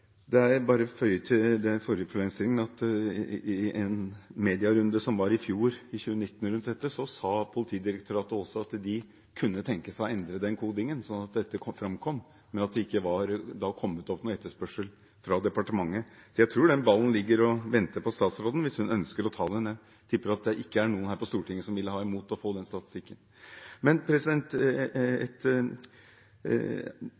bare føye til den forrige problemstillingen at Politidirektoratet i en medierunde om dette i 2019 sa at de kunne tenke seg å endre kodingen, sånn at dette framkom, men at det da ikke var kommet noen etterspørsel fra departementet. Jeg tror den ballen ligger og venter på statsråden hvis hun ønsker å ta den. Jeg tipper at ingen her på Stortinget ville ha noe imot å få denne statistikken.